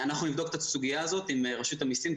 אנחנו נבדוק את הסוגיה הזאת עם רשות המסים.